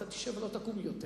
אתה תשב ולא תקום יותר,